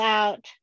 out